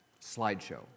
slideshow